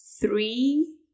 three